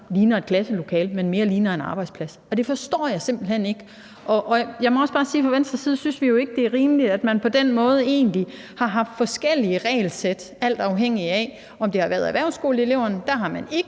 ligner klasselokaler, men mere ligner arbejdspladser, og det forstår jeg simpelt hen ikke. Jeg må også bare sige, at vi fra Venstres side ikke synes, det er rimeligt, at man på den måde egentlig har haft forskellige regelsæt, sådan at man ikke ville lade erhvervsskoleeleverne komme